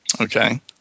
Okay